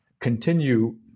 continue